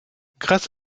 grâce